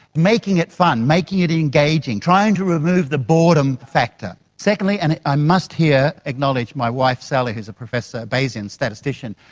making it fun, making it engaging, trying to remove the boredom factor. secondly, and i must here acknowledge my wife sally who is a professor, a bayesian statistician.